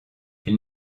elle